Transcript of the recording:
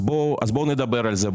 אז בואו נדבר על זה.